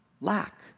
lack